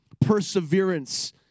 perseverance